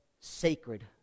sacred